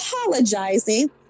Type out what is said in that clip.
apologizing